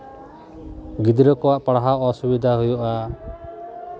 ᱜᱤᱫᱽᱨᱟᱹ ᱠᱚᱣᱟᱜ ᱯᱟᱲᱦᱟᱣ ᱚᱥᱩᱵᱤᱫᱷᱟ ᱦᱩᱭᱩᱜᱼᱟ